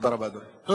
תודה רבה, אדוני.